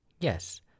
Yes